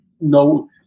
no